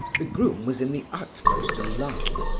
the groom was in the utmost alarm,